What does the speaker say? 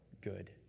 good